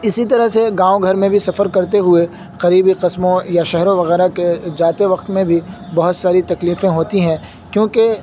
اسی طرح سے گاؤں گھر میں بھی سفر کرتے ہوئے قریبی قصبوں یا شہروں وغیرہ کے جاتے وقت میں بھی بہت ساری تکلیفیں ہوتی ہیں کیونکہ